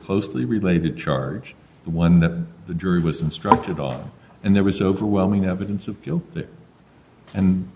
closely related charge one that the jury was instructed on and there was overwhelming evidence of you and